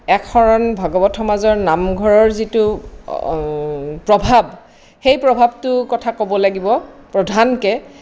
একশৰণ ভাগৱত সমাজৰ নামঘৰৰ যিটো প্ৰভাৱ সেই প্ৰভাৱটোৰ কথা ক'ব লাগিব প্ৰধানকে